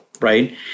Right